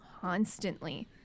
constantly